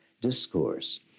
discourse